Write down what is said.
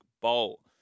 Bowl